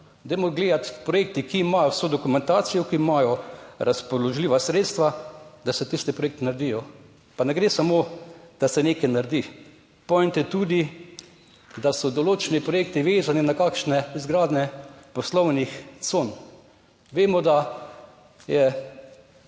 dajmo gledati projekti, ki imajo vso dokumentacijo, ki imajo razpoložljiva sredstva, da se tisti projekti naredijo. Pa ne gre samo, da se nekaj naredi, point je tudi, da so določeni projekti vezani na kakšne izgradnje poslovnih con. Vemo, da je